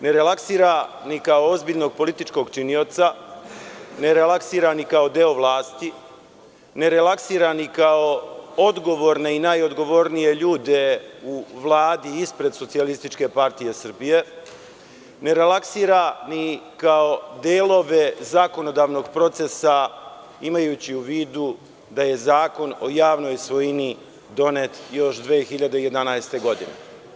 Ne relaksira ni kao ozbiljnog političkog činioca, ne relaksira ni kao deo vlasti, ne relaksira ni kao odgovorne i najodgovornije ljude u Vladi ispred SPS, ne relaksira ni kao delove zakonodavnog procesa imajući u vidu da je Zakon o javnoj svojini donet još 2011. godine.